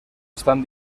estan